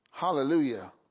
Hallelujah